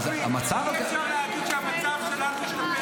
אי-אפשר להגיד שהמצב שלנו יותר השתפר